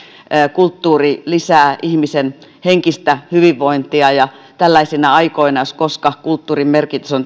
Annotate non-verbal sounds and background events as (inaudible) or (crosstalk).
kulttuuri lisää ihmisen henkistä hyvinvointia ja tällaisina aikoina jos koska kulttuurin merkitys on (unintelligible)